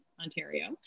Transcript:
Ontario